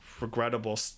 regrettable